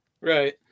Right